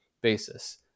basis